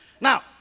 Now